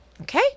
Okay